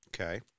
Okay